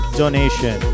donation